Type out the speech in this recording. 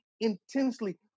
intensely